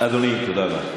ממש הליך הוגן.